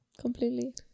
completely